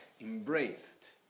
embraced